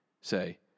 say